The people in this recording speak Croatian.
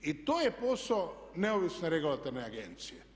I to je posao neovisne regulatorne agencije.